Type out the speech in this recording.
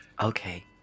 Okay